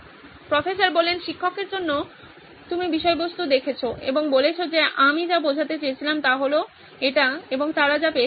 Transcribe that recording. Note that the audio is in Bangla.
প্রফেসর শিক্ষকের জন্য আপনি বিষয়বস্তু দেখছেন এবং বলছেন যে আমি যা বোঝাতে চেয়েছিলাম তা হল এটি এবং তারা যা পেয়েছে তা হল